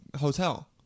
hotel